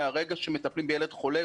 מהרגע שמטפלים בילד חולה,